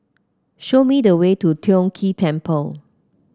show me the way to Tiong Ghee Temple